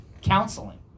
counseling